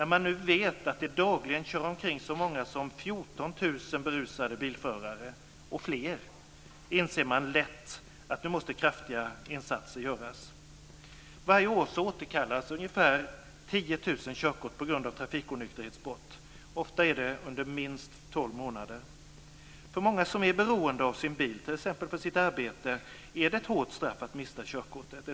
När man vet att det dagligen kör omkring fler än 14 000 berusade bilförare inser man lätt att nu måste kraftiga insatser göras. Varje år återkallas ungefär 10 000 körkort på grund av trafikonykterhetsbrott, ofta under minst tolv månader. För många som är beroende av sin bil, t.ex. i sitt arbete, är det ett hårt straff att mista körkortet.